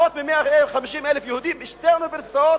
לפחות מ-150,000 יהודים שתי אוניברסיטאות,